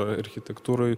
ar architektūroj